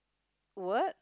word